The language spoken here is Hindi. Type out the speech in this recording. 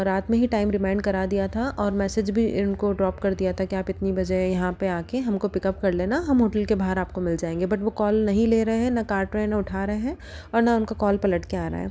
रात में ही टाइम रिमाइंड करा दिया था और मैसेज भी इनको ड्रॉप कर दिया था कि आप इतनी बजे यहाँ पर आ के हमको पिकअप कर लेना हम होटल के बाहर आपको मिल जाएँगे बट वो कॉल नहीं ले रहे हैं न काट रहे हैं न उठा रहे हैं और न उनका कॉल पलट के आ रहा है